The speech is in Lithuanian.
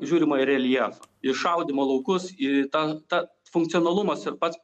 žiūrima į reljefą į šaudymo laukus į tą tą funkcionalumas ir pats